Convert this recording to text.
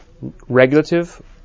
Regulative